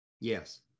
yes